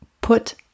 put